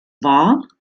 war